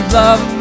love